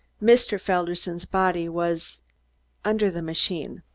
mr. felderson's body was under the machine.